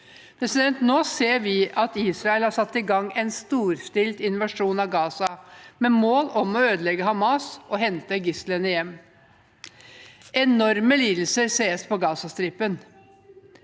styrker. Nå ser vi at Israel har satt i gang en storstilt invasjon av Gaza, med mål om å ødelegge Hamas og hente gislene hjem. Enorme lidelser ses på Gazastripen: